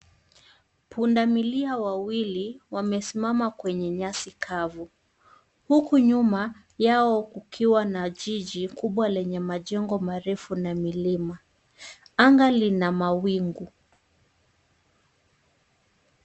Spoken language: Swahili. Punda milia wawili, wamesimama kwenye nyasi kavu, huku nyuma yao, kukiwa na jiji kubwa lenye majengo marefu, na milima. Anga lina mawingu.